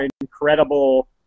incredible